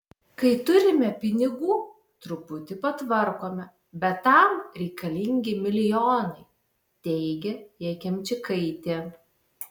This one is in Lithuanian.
kai turime pinigų truputį patvarkome bet tam reikalingi milijonai teigia jakimčikaitė